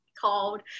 called